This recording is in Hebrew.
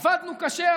עבדנו קשה,